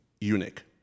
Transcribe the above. eunuch